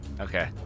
Okay